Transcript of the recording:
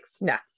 No